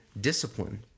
discipline